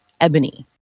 Ebony